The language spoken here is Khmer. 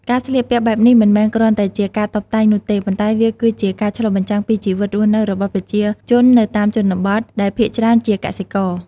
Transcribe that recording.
ការស្លៀកពាក់បែបនេះមិនមែនគ្រាន់តែជាការតុបតែងនោះទេ ប៉ុន្តែវាគឺជាការឆ្លុះបញ្ចាំងពីជីវិតរស់នៅរបស់ប្រជាជននៅតាមជនបទ ដែលភាគច្រើនជាកសិករ។